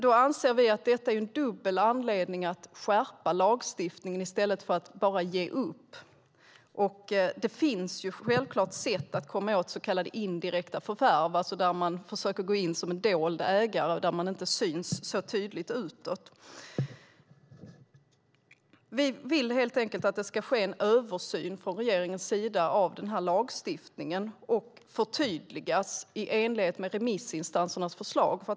Vi anser att detta är en dubbel anledning att skärpa lagstiftningen i stället för att bara ge upp. Det finns självfallet sätt att komma åt så kallade indirekta förvärv där man försöker gå in som en dold ägare, där man inte syns så tydligt utåt. Vi vill helt enkelt att regeringen ska göra en översyn av den här lagstiftningen och att den ska förtydligas i enlighet med remissinstansernas förslag.